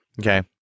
Okay